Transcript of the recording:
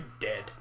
dead